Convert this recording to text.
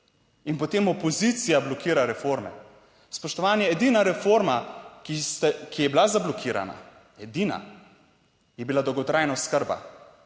in potem opozicija blokira reforme. Spoštovani, edina reforma, ki je bila zablokirana, edina, je bila dolgotrajna oskrba.